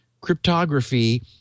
cryptography